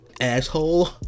asshole